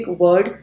word